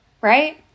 right